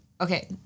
Okay